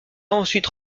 ensuite